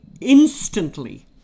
instantly